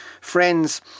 friends